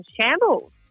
shambles